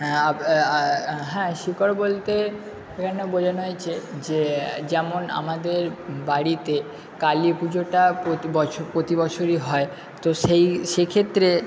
হ্যাঁ শিকড় বলতে এখানে বোঝানো হয়েছে যে যেমন আমাদের বাড়িতে কালী পুজোটা প্রতি বছর প্রতি বছরই হয় তো সেই সেক্ষেত্রে